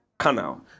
canal